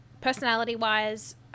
Personality-wise